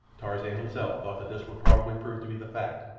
tarzan himself thought that this would probably prove to be the fact,